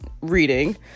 reading